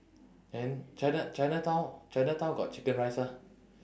then china~ chinatown chinatown got chicken rice ah